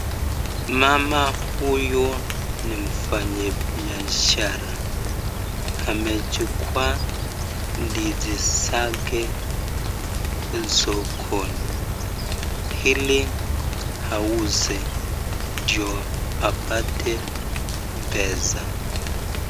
Mama huyu ni mfanyibiashara, amechukua ndizi zake sokoni ili auze ndio apate pesa.